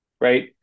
right